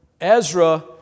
Ezra